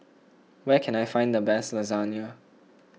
where can I find the best Lasagne